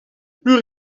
plus